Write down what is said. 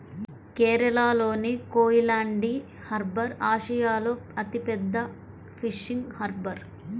కేరళలోని కోయిలాండి హార్బర్ ఆసియాలో అతిపెద్ద ఫిషింగ్ హార్బర్